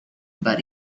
but